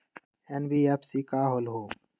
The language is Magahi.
एन.बी.एफ.सी का होलहु?